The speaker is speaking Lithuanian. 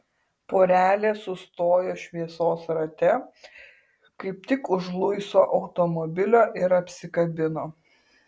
porelė sustojo šviesos rate kaip tik už luiso automobilio ir apsikabino